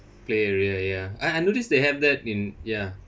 play area ya I I notice they have that in ya